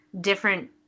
different